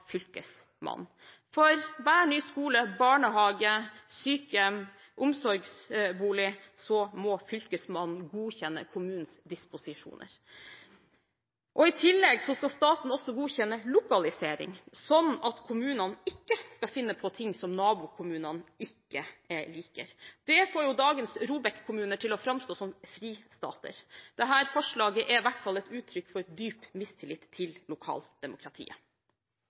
Fylkesmannen. For hver ny skole, barnehage, sykehjem eller omsorgsbolig må Fylkesmannen godkjenne kommunens disposisjoner. I tillegg skal staten godkjenne lokalisering, slik at kommunene ikke skal finne på ting som nabokommunen ikke liker. Det får jo dagens ROBEK-kommuner til å framstå som fristater. Dette forslaget er i hvert fall et uttrykk for dyp mistillit til lokaldemokratiet.